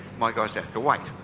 my guys have to wait.